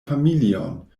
familion